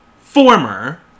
former